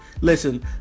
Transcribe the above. Listen